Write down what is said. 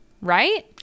right